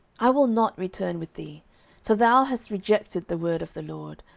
i will not return with thee for thou hast rejected the word of the lord,